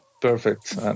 perfect